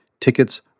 Tickets